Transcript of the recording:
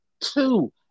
two